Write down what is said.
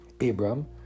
Abram